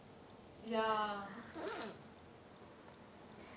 ya